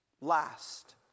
...last